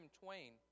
twain